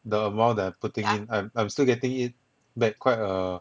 the amount that I'm putting in I'm I'm still getting it back quite a